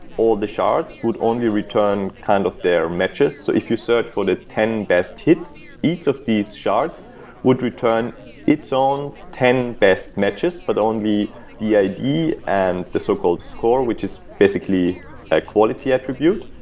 all the shards would only return kind of their matches. if you search for the ten best hits, each of these shards would return its own ten best matches, but only the i d. and the so-called score, which is basically a quality attribute.